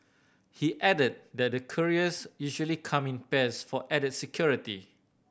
he added that the couriers usually come in pairs for added security